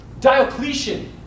Diocletian